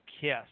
kiss